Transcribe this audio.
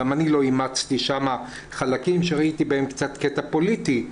גם אני לא אימצתי שם חלקים שראיתי בהם קצת קטע פוליטי.